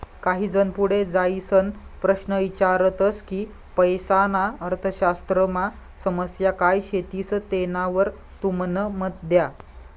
काही जन पुढे जाईसन प्रश्न ईचारतस की पैसाना अर्थशास्त्रमा समस्या काय शेतीस तेनावर तुमनं मत द्या